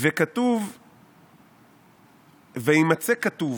וכתוב "וימצא כתוב".